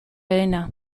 lehena